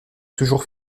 toujours